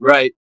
Right